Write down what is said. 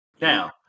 Now